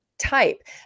type